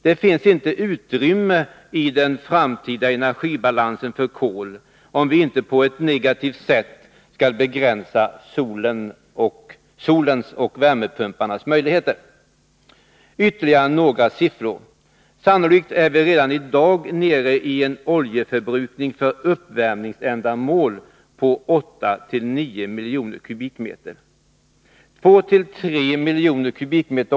Det finns inte utrymme i den framtida energibalansen för kol om vi inte på ett negativt sätt skall begränsa solens och värmepumparnas möjligheter. Ytterligare några siffror. Sannolikt är vi redan i dag nere i en oljeförbrukning för uppvärmningsändamål på 8-9 miljoner m?. 2-3 miljoner m?